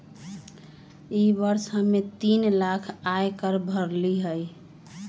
ई वर्ष हम्मे तीन लाख आय कर भरली हई